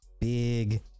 big